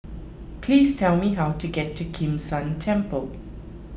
please tell me how to get to Kim San Temple